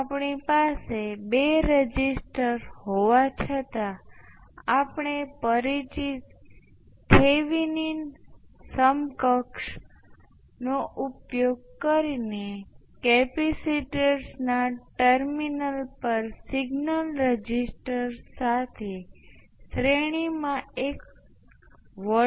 આપણે સરળતા માટે ધારો કે સ્ટેપ વિદ્યુત પ્રવાહ લાગુ પડે તે પહેલા L1 નો વિદ્યુત પ્રવાહ અને L 2 નો વિદ્યુત પ્રવાહ બંને 0 છે જે રીતે સ્વિચ ખોલવી એ આ ચોક્કસ સર્કિટમાં સ્ટેપ વિદ્યુત પ્રવાહ આપવા જેવુ છે